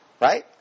Right